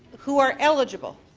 who are eligible,